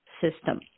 system